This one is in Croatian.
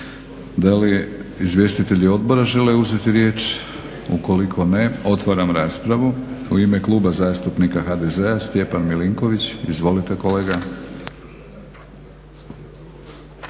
Da li izvjestitelji odbora žele uzeti riječ? Ukoliko ne, otvaram raspravu. U ime Kluba zastupnika HDZ-a Stjepan Milinković. Izvolite kolega.